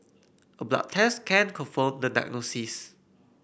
a blood test can confirm the diagnosis